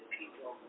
people